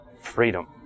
freedom